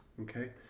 okay